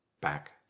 back